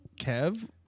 Kev